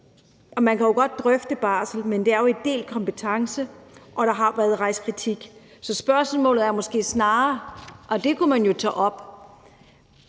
og man kan godt drøfte barsel, men der er jo tale om delt kompetence, og der har været rejst kritik. Så spørgsmålet er måske snarere, og det kunne man tage op,